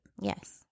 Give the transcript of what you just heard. Yes